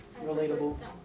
Relatable